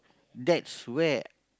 that's where